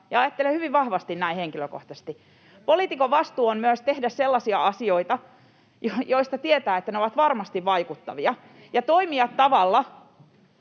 ajattelen hyvin vahvasti näin henkilökohtaisesti — poliitikon vastuu on tehdä sellaisia asioita, joista tietää, että ne ovat varmasti vaikuttavia, ja toimia tavalla,